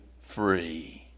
free